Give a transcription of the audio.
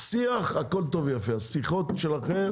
שיח, הכול טוב ויפה, השיחות שלכם,